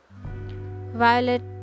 Violet